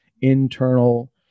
internal